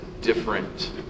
different